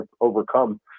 overcome